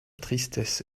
tristesse